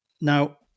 Now